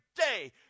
day